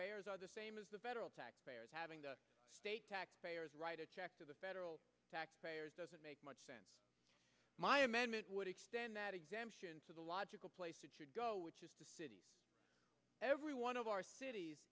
taxpayers are the same as the federal taxpayers having the state taxpayers write a check to the federal taxpayers doesn't make much sense my amendment would extend that exemption to the logical place to go which is the city every one of our cities